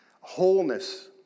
wholeness